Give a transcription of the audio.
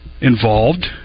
involved